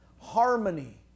harmony